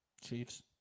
Chiefs